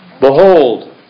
Behold